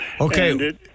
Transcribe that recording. Okay